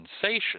sensation